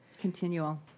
Continual